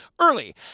early